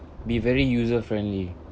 be very user friendly